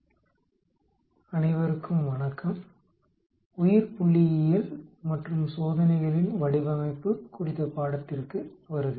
முகேஷ் டோப்லே உயிரித்தொழில்நுட்பவியல் துறை இந்தியத் தொழில்நுட்பநிறுவனம் மெட்ராஸ் விரிவுரை - 24 X2 டெஸ்ட் அனைவருக்கும் வணக்கம் உயிர்புள்ளியியல் மற்றும் சோதனைகளின் வடிவமைப்பு குறித்த பாடத்திற்கு வருக